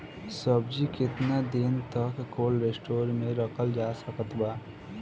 सब्जी केतना दिन तक कोल्ड स्टोर मे रखल जा सकत बा?